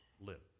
live